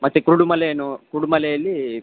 ಮತ್ತು ಕುರುಡುಮಲೆನೂ ಕುರುಡುಮಲೆಯಲ್ಲಿ